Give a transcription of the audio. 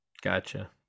Gotcha